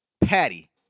patty